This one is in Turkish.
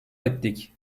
ettik